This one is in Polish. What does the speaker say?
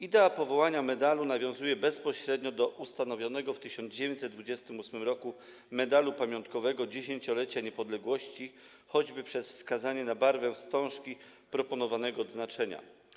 Idea powołania medalu nawiązuje bezpośrednio do ustanowionego w 1928 r. medalu pamiątkowego 10-lecia niepodległości choćby przez wskazanie na barwę wstążki proponowanego odznaczenia.